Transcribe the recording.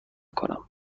کنم